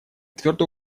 твердо